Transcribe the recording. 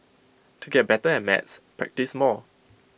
to get better at maths practise more